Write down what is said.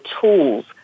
tools